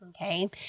okay